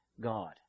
God